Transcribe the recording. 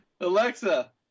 Alexa